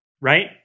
Right